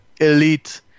elite